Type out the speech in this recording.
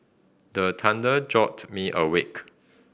the thunder jolt me awake